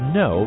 no